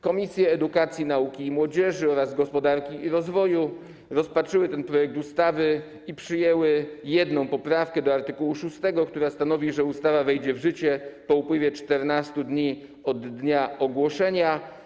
Komisja Edukacji, Nauki i Młodzieży oraz Komisja Gospodarki i Rozwoju rozpatrzyły ten projekt ustawy i przyjęły jedną poprawkę do art. 6, która stanowi, że ustawa wejdzie w życie po upływie 14 dni od dnia ogłoszenia.